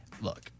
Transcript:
look